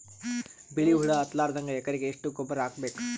ಬಿಳಿ ಹುಳ ಹತ್ತಲಾರದಂಗ ಎಕರೆಗೆ ಎಷ್ಟು ಗೊಬ್ಬರ ಹಾಕ್ ಬೇಕು?